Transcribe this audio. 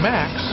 Max